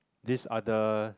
this other